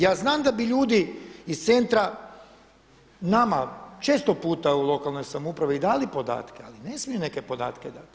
Ja znam da bi ljudi iz centra nama često puta u lokalnoj samoupravi i dali podatke, ali ne smiju neke podatke dati.